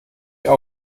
mich